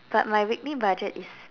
but my weekly budget is